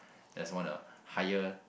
just wanna hire